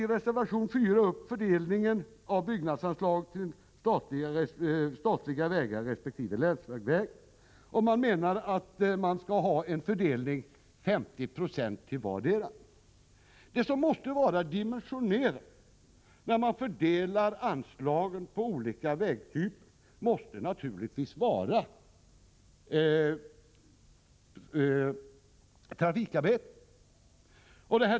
I reservation 4 tar centern upp fördelningen av det statliga vägbyggnadsanslaget på riksvägar och länsvägar och menar att fördelningen skall vara 50 4? till vardera. Det som måste avgöra dimensioneringen, när man fördelar anslaget på olika vägtyper, måste naturligtvis vara trafikutvecklingen.